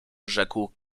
rzekł